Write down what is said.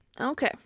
Okay